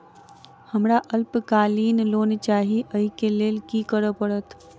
हमरा अल्पकालिक लोन चाहि अई केँ लेल की करऽ पड़त?